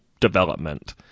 development